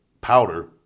powder